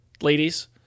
Ladies